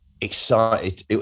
excited